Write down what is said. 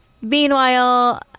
meanwhile